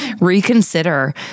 reconsider